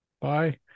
Bye